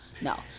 No